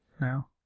now